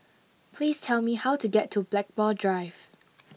please tell me how to get to Blackmore Drive